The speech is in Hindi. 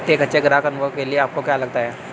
एक अच्छे ग्राहक अनुभव के लिए आपको क्या लगता है?